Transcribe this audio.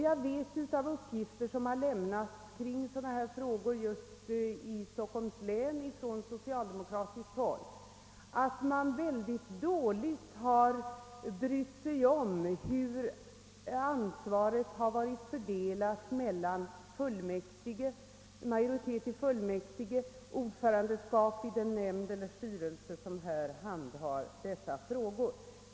Jag vet av uppgifter som lämnats i sådana här frågor just i Stockholms län ifrån socialdemokratiskt håll, att man mycket dåligt har brytt sig om hur ansvaret har varit för: delat mellan majoriteten i fullmäktige och ordförandeskap i den nämnd eller styrelse, som handhar dessa frågor.